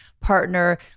partner